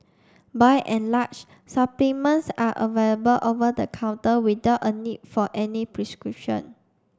by and large supplements are available over the counter without a need for any prescription